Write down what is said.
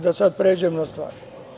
Da sada pređem na stvar.